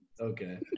Okay